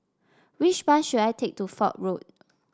which bus should I take to Fort Road